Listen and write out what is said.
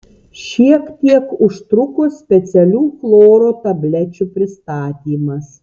šiek tiek užtruko specialių chloro tablečių pristatymas